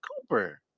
Cooper